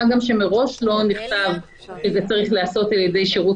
מה גם שמראש לא נכתב שזה צריך להיעשות על ידי שירות